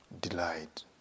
delight